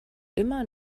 immer